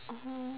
uh